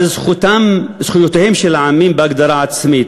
על זכויותיהם של העמים להגדרה עצמית,